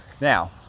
Now